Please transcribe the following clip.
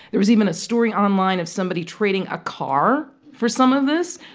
there was even a story online of somebody trading a car for some of this.